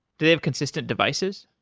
do they have consistent devices?